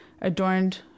adorned